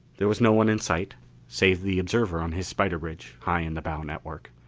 there was no one in sight save the observer on his spider bridge, high in the bow network,